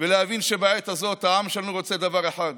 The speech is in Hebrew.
ולהבין שבעת הזאת העם שלנו רוצה דבר אחד: